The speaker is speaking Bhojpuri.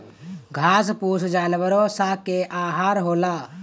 घास फूस जानवरो स के आहार होला